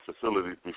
facilities